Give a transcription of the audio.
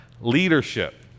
leadership